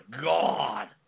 God